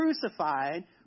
crucified